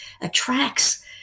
attracts